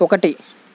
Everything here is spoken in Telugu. ఒకటి